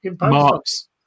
Mark's